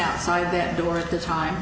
outside the door at the time